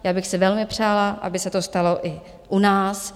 Já bych si velmi přála, aby se to stalo i u nás.